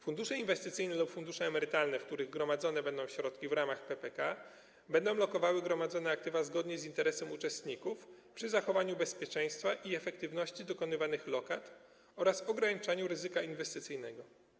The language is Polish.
Fundusze inwestycyjne lub fundusze emerytalne, w których będą gromadzone środki w ramach PPK, będą lokowały gromadzone aktywa zgodnie z interesem uczestników, przy zachowaniu bezpieczeństwa i efektywności dokonywania lokat oraz ograniczaniu ryzyka inwestycyjnego.